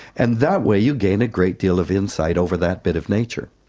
and that way you gain a great deal of insight over that bit of nature.